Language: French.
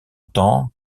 tant